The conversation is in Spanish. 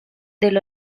del